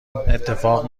اتفاق